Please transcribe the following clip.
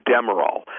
Demerol